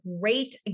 great